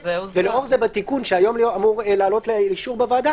ולא רק זה - בתיקון שהיום אמור לאישור בוועדה